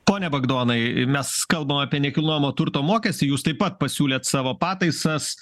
pone bagdonai mes kalbam apie nekilnojamo turto mokestį jūs taip pat pasiūlėte savo pataisas